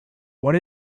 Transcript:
what